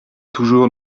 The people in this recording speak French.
toujours